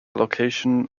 location